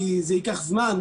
כי זה ייקח זמן,